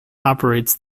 operates